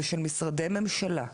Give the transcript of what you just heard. של משרדי הממשלה,